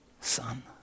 son